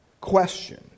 question